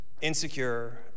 Insecure